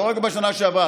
לא רק בשנה שעברה,